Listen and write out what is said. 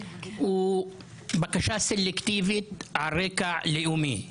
הוא בקשה סלקטיבית על רקע לאומי,